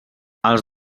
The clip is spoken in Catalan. els